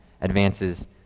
advances